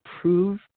prove